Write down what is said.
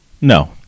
No